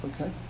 okay